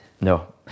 No